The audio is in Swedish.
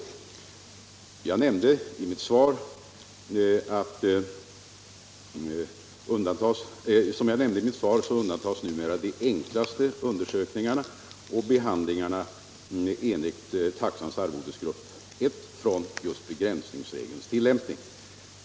Som jag nämnde i mitt svar undantas numera de enklaste undersökningarna och behandlingarna enligt taxans arvodesgrupp I från begränsningsregelns tillämpning.